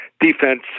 defense